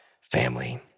family